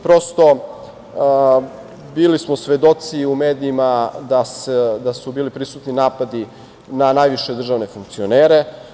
Prosto, bili smo svedoci u medijima da su bili prisutni napadi na najviše državne funkcionere.